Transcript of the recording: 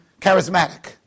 charismatic